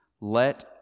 let